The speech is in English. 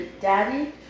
Daddy